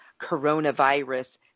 coronavirus